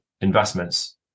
investments